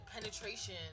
penetration